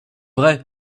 vrai